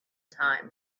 time